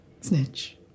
Snitch